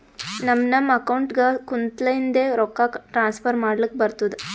ನಮ್ ನಮ್ ಅಕೌಂಟ್ಗ ಕುಂತ್ತಲಿಂದೆ ರೊಕ್ಕಾ ಟ್ರಾನ್ಸ್ಫರ್ ಮಾಡ್ಲಕ್ ಬರ್ತುದ್